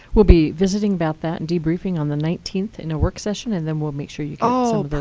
we'll be visiting about that and debriefing on the nineteenth in a work session. and then we'll make sure you ah